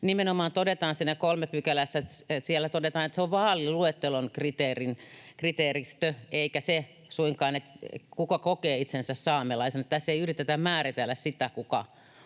nimenomaan todetaan, että se on vaaliluettelon kriteeristö, eikä suinkaan se, kuka kokee itsensä saamelaisena. Tässä ei yritetä määritellä sitä, kuka on